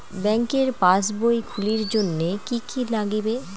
ব্যাঙ্কের পাসবই খুলির জন্যে কি কি নাগিবে?